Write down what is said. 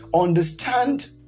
understand